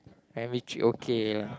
primary three okay ya